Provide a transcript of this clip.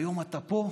היום אתה פה,